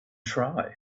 try